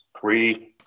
three